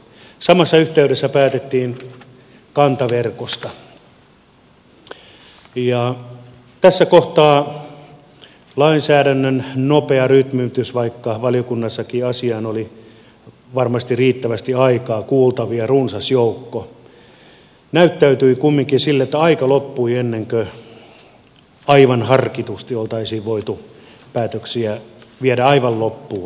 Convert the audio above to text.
samassa yhteydessä päätettiin kantaverkosta ja tässä kohtaa lainsäädännön nopea rytmitys vaikka valiokunnassakin asiaan oli varmasti riittävästi aikaa kuultavia runsas joukko näyttäytyi kumminkin sille että aika loppui ennen kuin aivan harkitusti oltaisiin voitu päätöksiä viedä aivan loppuun asti